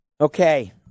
Okay